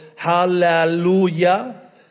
Hallelujah